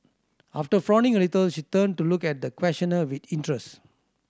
after frowning a little she turned to look at the questioner with interest